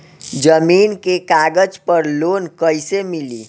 जमीन के कागज पर लोन कइसे मिली?